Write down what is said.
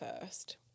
first